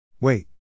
Wait